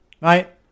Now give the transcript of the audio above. Right